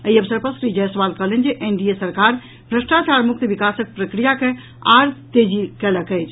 एहि अवसर पर श्री जायसवाल कहलनि जे एनडीए सरकार भ्रष्टाचार मुक्त विकासक प्रक्रिया के आओर तेज कयलक अछि